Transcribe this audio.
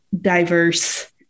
diverse